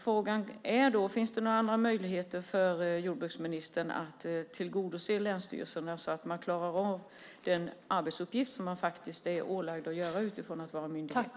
Frågan är: Finns det några andra möjligheter för jordbruksministern att tillgodose länsstyrelserna så att de klarar av den arbetsuppgift som de är ålagda att göra i sin roll som myndighet?